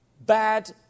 bad